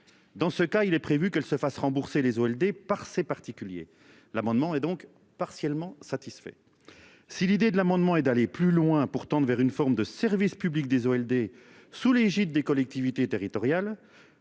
Dans ce cas, il est prévu qu'elle se fasse rembourser les Walder par c'est particulier l'amendement est donc partiellement satisfait. Si l'idée de l'amendement et d'aller plus loin pour tendre vers une forme de service public des eaux ALD sous l'égide des collectivités territoriales,